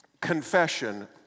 confession